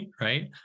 right